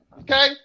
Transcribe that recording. Okay